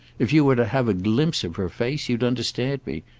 if you were to have a glimpse of her face you'd understand me.